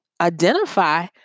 identify